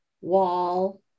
wall